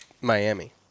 Miami